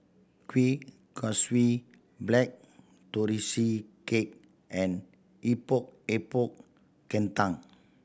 Kuih Kaswi Black Tortoise Cake and Epok Epok Kentang